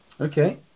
okay